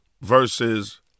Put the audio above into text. versus